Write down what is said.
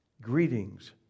Greetings